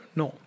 no